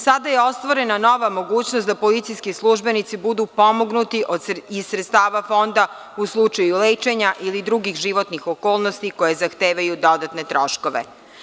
Sada je ostvarena nova mogućnost da policijski službenici budu pomognuti iz sredstava Fonda u slučaju lečenja ili drugih životnih okolnosti, koje zahtevaju dodatne troškove.